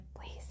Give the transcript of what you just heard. please